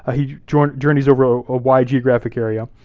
ah he journeys journeys over ah a wide geographic area.